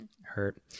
hurt